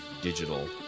digital